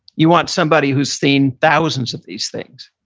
you want somebody who's seen thousands of these things.